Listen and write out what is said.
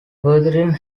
wuthering